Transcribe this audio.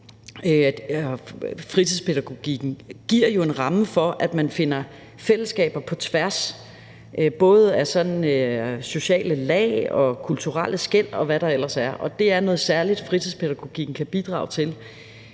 Fritidspædagogikken giver jo en ramme for, at man finder fællesskaber på tværs af både sociale lag, kulturelle skel, og hvad der ellers er. Det er noget særligt, fritidspædagogikken kan bidrage til,